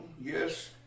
yes